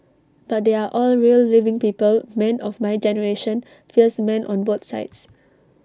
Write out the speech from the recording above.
but they are all real living people men of my generation fierce men on both sides